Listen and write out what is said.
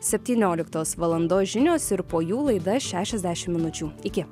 septynioliktos valandos žinios ir po jų laida šešiasdešim minučių iki